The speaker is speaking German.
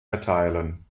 erteilen